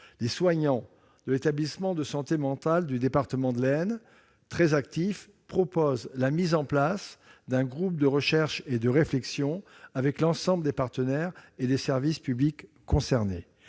Les soignants de l'établissement de santé mentale du département de l'Aisne, très actifs, proposent la mise en place d'un groupe de recherche et de réflexion avec l'ensemble des partenaires et des services publics concernés.